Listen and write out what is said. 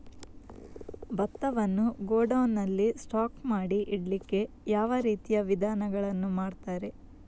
ಭತ್ತವನ್ನು ಗೋಡೌನ್ ನಲ್ಲಿ ಸ್ಟಾಕ್ ಮಾಡಿ ಇಡ್ಲಿಕ್ಕೆ ಯಾವ ರೀತಿಯ ವಿಧಾನಗಳನ್ನು ಮಾಡ್ತಾರೆ?